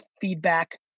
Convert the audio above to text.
feedback